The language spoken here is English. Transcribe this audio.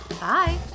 Bye